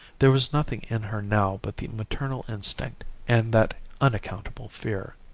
there was nothing in her now but the maternal instinct and that unaccountable fear.